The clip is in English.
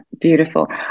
beautiful